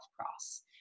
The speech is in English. cross